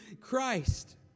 Christ